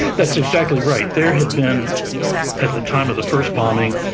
that's exactly right. there had been at the time of the first bombing,